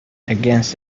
against